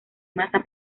masa